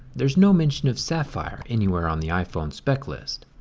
there's no mention of sapphire anywhere on the iphone spec list.